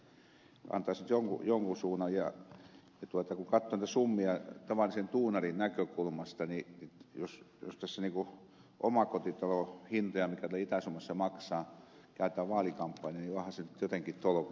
kun katsoo näitä summia tavallisen duunarin näkökulmasta niin jos tässä omakotitalon hintoja mitä ne tuolla itä suomessa maksavat käytetään vaalikampanjaan niin johan onhan se nyt jotenkin tolkutonta ihan oikeasti